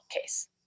case